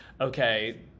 okay